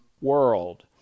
world